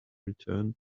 return